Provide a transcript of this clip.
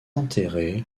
enterré